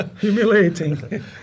humiliating